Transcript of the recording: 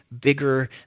bigger